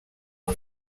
aho